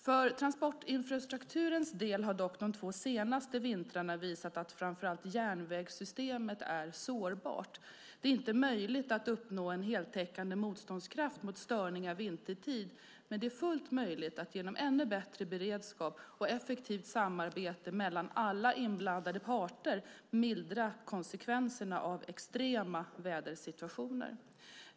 För transportinfrastrukturens del har dock de två senaste vintrarna visat att framför allt järnvägssystemet är sårbart. Det är inte möjligt att uppnå en heltäckande motståndskraft mot störningar vintertid, men det är fullt möjligt att genom ännu bättre beredskap och effektivt samarbete mellan alla inblandade parter mildra konsekvenserna av extrema vädersituationer.